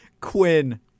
Quinn